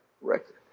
record